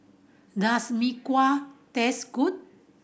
does Mee Kuah taste good